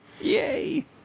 Yay